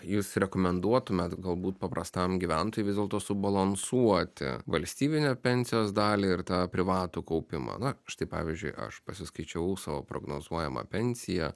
jūs rekomenduotumėt galbūt paprastam gyventojui vis dėlto subalansuoti valstybinę pensijos dalį ir tą privatų kaupimą na štai pavyzdžiui aš pasiskaičiavau savo prognozuojamą pensiją